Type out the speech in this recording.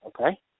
Okay